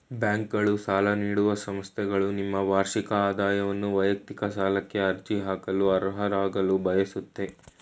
ಬ್ಯಾಂಕ್ಗಳು ಸಾಲ ನೀಡುವ ಸಂಸ್ಥೆಗಳು ನಿಮ್ಮ ವಾರ್ಷಿಕ ಆದಾಯವನ್ನು ವೈಯಕ್ತಿಕ ಸಾಲಕ್ಕೆ ಅರ್ಜಿ ಹಾಕಲು ಅರ್ಹರಾಗಲು ಬಯಸುತ್ತೆ